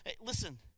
Listen